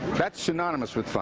that's synonymous with fun.